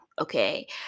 okay